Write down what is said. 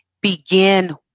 Begin